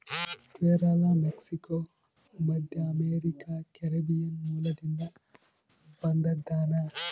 ಪೇರಲ ಮೆಕ್ಸಿಕೋ, ಮಧ್ಯಅಮೇರಿಕಾ, ಕೆರೀಬಿಯನ್ ಮೂಲದಿಂದ ಬಂದದನಾ